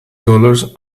dollars